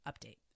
update